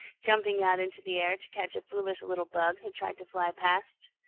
jumping out into the air to catch a foolish little bug who tried to fly past.